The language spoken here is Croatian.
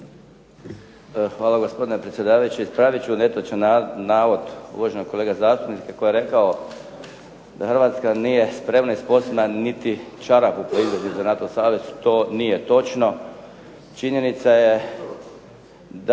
Hvala gospodine predsjedavajući. Ispravit ću netočan navod uvaženog kolege zastupnika koji je rekao da Hrvatska nije spremna ni sposobna niti čarapu proizvesti za NATO savez. To nije točno. Točno je da